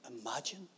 imagine